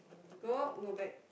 go out go back